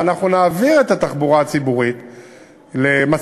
ואנחנו נעביר את התחבורה הציבורית למצב,